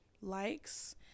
likes